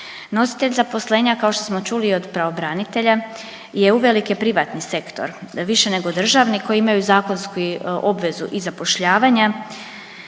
Nositelj zaposlenja kao što smo čuli i od pravobranitelja je uvelike privatni sektor više nego državni koji imaju zakonsku obvezu i zapošljavanja